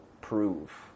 prove